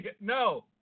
No